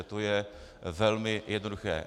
To je velmi jednoduché.